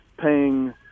paying